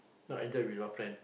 not enjoy with your friend